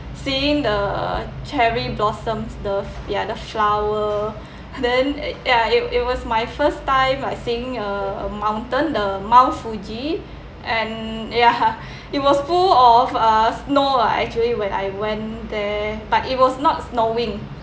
seeing the cherry blossoms the f~ ya the flower then ya it it was my first time seeing a mountain the mount fuji and ya it was full of uh snow lah actually when I went there but it was not snowing